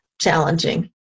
challenging